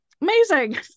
Amazing